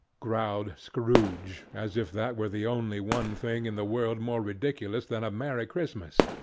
growled scrooge, as if that were the only one thing in the world more ridiculous than a merry christmas.